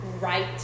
right